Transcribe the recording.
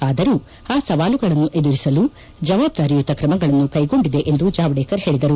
ಆದರೂ ಆ ಸವಾಲುಗಳನ್ನು ಎದುರಿಸಲು ಜವಾಬ್ದಾರಿಯುತ ಕ್ರಮಗಳನ್ನು ಕೈಗೊಂಡಿದೆ ಎಂದು ಜಾವಡೇಕರ್ ಹೇಳಿದರು